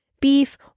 beef